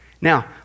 Now